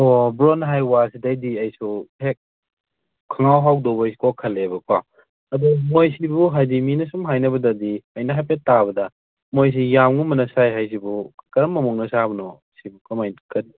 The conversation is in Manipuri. ꯑꯣ ꯕ꯭ꯔꯣꯅ ꯍꯥꯏꯕ ꯋꯥꯁꯤꯗꯩꯗꯤ ꯑꯩꯁꯨ ꯍꯦꯛ ꯈꯪꯍꯥꯎ ꯍꯥꯎꯗꯧꯕꯩ ꯀꯣꯛ ꯈꯜꯂꯦꯕꯀꯣ ꯑꯗꯨ ꯃꯣꯏꯁꯤꯕꯨ ꯍꯥꯏꯗꯤ ꯃꯤꯅꯁꯨꯝ ꯍꯥꯏꯅꯕꯗꯗꯤ ꯑꯩꯅ ꯍꯥꯏꯐꯦꯠ ꯇꯥꯕꯗ ꯃꯣꯏꯁꯦ ꯌꯥꯝꯒꯨꯝꯕꯅ ꯁꯥꯏ ꯍꯥꯏꯁꯤꯕꯨ ꯀꯔꯝꯕ ꯃꯑꯣꯡꯗ ꯁꯥꯕꯅꯣ ꯁꯤꯕꯨ ꯀꯃꯥꯏꯅ ꯀꯔꯤ